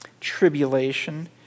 tribulation